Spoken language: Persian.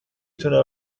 تونم